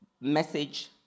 Message